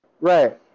Right